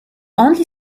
only